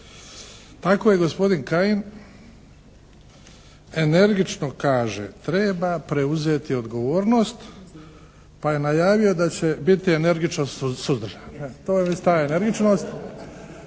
Ako je gospodin Kajin energično kaže, treba preuzeti odgovornost pa je najavio da će biti energično suzdržan. Evo, to je već ta energičnost